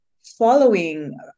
following